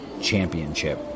championship